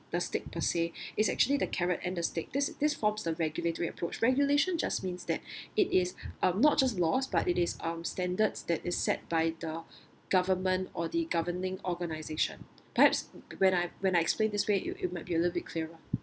the stick per se is actually the carrot and the stick this this forms the regulatory approach regulation just means that it is um not just laws but it is um standards that is set by the government or the governing organisation perhaps when I've when I explain this way it it might be a little bit clearer